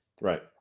Right